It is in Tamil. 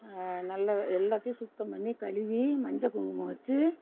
நல்லா எல்லாத்தையும் சுத்தம் பண்ணி கழுவி மஞ்சள் குங்குமம் வச்சு